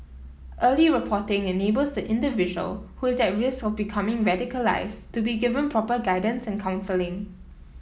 early reporting enables the individual who is at risk of becoming radicalised to be given proper guidance and counselling